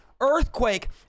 earthquake